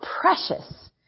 precious